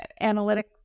analytic